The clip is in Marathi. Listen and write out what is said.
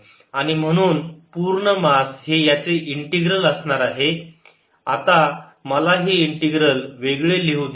आणि म्हणून पूर्ण मास हे याचे इंटीग्रल असणार आहे आता मला हे इंटीग्रल वेगळे लिहू द्या